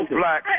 black